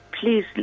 please